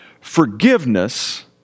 forgiveness